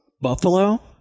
buffalo